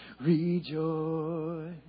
rejoice